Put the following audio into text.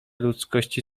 ludzkości